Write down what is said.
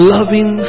Loving